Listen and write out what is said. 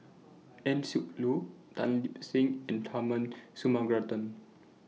Eng Siak Loy Tan Lip Seng and Tharman Shanmugaratnam